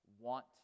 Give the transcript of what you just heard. want